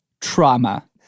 trauma